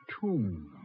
tomb